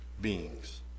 beings